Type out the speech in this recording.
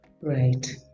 Right